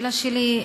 ברצוני לשאול: